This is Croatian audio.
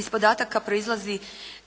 Iz podataka proizlazi